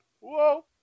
Whoa